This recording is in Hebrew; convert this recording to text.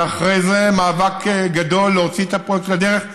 ואחרי זה מאבק גדול להוציא את הפרויקט לדרך,